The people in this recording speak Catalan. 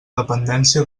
dependència